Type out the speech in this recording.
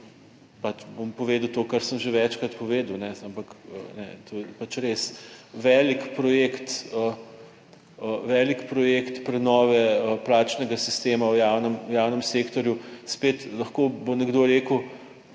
pač bom povedal to kar sem že večkrat povedal, ampak to je pač res, velik projekt prenove plačnega sistema v javnem sektorju. Spet lahko bo nekdo rekel,